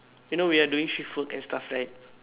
you know we are doing shift work and stuff right